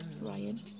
Ryan